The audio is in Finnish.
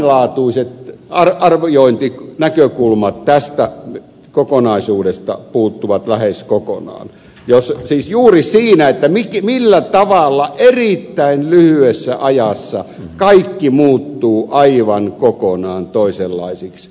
tämän laatuiset arviointinäkökulmat tästä kokonaisuudesta puuttuvat lähes kokonaan juuri siinä millä tavalla erittäin lyhyessä ajassa kaikki muuttuu aivan kokonaan toisenlaiseksi